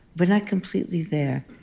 we're not completely there.